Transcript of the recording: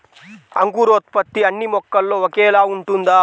అంకురోత్పత్తి అన్నీ మొక్కల్లో ఒకేలా ఉంటుందా?